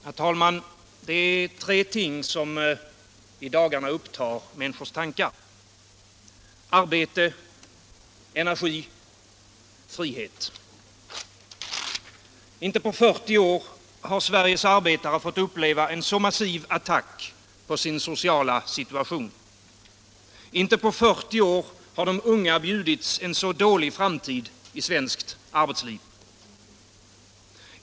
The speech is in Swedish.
Herr talman! Det är tre ting som i dagarna upptar människors tankar. Arbete — energi — frihet. Inte på 40 år har Sveriges arbetare fått uppleva en så massiv attack på sin sociala situation. Inte på 40 år har de unga bjudits en så dålig framtid i svenskt arbetsliv.